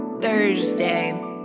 Thursday